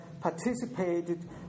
participated